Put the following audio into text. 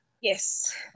yes